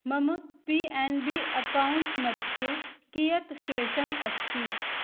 मम P N B अकौण्ट्मध्ये कियत् शेषम् अस्ति